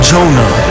Jonah